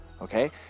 okay